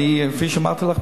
וכפי שאני אמרתי לך,